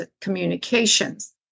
communications